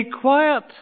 quiet